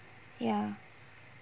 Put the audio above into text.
ya